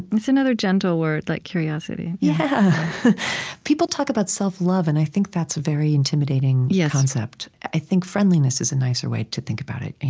it's another gentle word, like curiosity. yeah people talk about self-love, and i think that's a very intimidating yeah concept. i think friendliness is a nicer way to think about it.